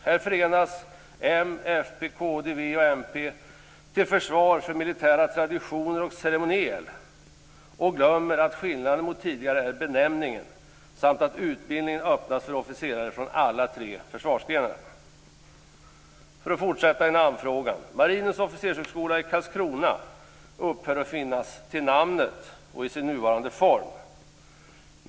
Här förenas m, fp, kd, v och mp till försvar för militära traditioner och ceremoniel och glömmer att skillnaden mot tidigare är benämningen samt att utbildningen öppnas för officerare från alla tre försvarsgrenarna. För att fortsätta i namnfrågan; Marinens officershögskola i Karlskrona upphör att finnas till namnet och i sin nuvarande form.